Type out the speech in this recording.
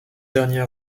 dernier